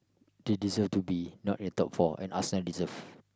they deserve to be not at top four and Arsenal deserve